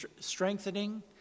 strengthening